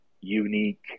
unique